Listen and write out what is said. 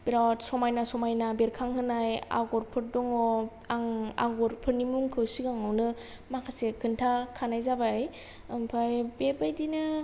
बिराद समायना समायना बेरखां होनाय आगरफोर दङ आं आगरफोरनि मुंखौ सिगाङावनो माखासे खोन्था खानाय जाबाय ओमफ्राय बेबायदिनो